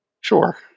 Sure